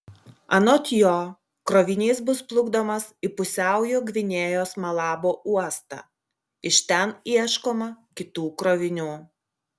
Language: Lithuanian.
anot jo krovinys bus plukdomas į pusiaujo gvinėjos malabo uostą iš ten ieškoma kitų krovinių